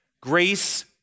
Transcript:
grace